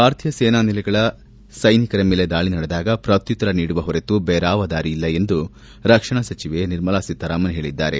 ಭಾರತೀಯ ಸೇನಾ ನೆಲೆಗಳ ಸೈನಿಕರ ಮೇಲೆ ದಾಳಿ ನಡೆದಾಗ ಪ್ರತ್ಯುತ್ತರ ನೀಡುವ ಹೊರತು ಬೇರಾವ ದಾರಿಯಿಲ್ಲ ಎಂದು ರಕ್ಷಣಾ ಸಚಿವೆ ನಿರ್ಮಲಾ ಸೀತಾರಾಮನ್ ಹೇಳಿದ್ದಾರೆ